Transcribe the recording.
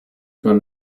man